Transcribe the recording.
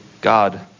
God